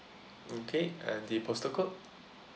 okay and the postal code